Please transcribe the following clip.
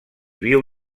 viu